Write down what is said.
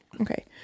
Okay